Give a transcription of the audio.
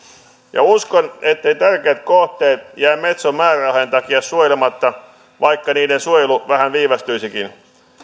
teki uskon etteivät tärkeät kohteet jää metson määrärahojen takia suojelematta vaikka niiden suojelu vähän viivästyisikin